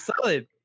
Solid